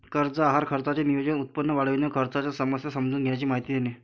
कर्ज आहार खर्चाचे नियोजन, उत्पन्न वाढविणे, खर्चाच्या समस्या समजून घेण्याची माहिती देणे